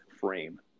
frame